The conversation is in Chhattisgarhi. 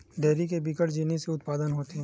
डेयरी ले बिकट जिनिस के उत्पादन होथे